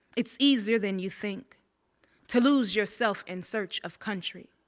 it's easier than you think to lose yourself in search of country.